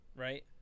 Right